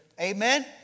Amen